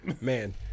Man